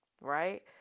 right